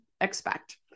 expect